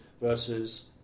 versus